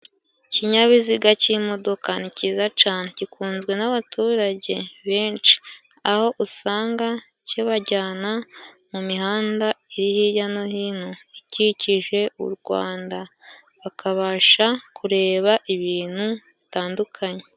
Ikinyabiziga cy'imodoka nikizayiza cane, gikunzwe n'abaturage benshi aho usanga kibajyana mu mihanda iri hirya no hino ikikije u rwanda, bakabasha kureba ibintu bitandukanye.